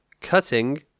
cutting